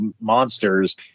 monsters